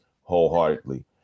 wholeheartedly